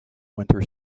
winter